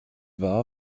war